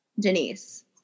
Denise